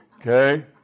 okay